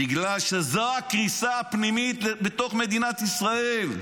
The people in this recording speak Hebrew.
בגלל שזו הקריסה הפנימית בתוך מדינת ישראל.